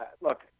look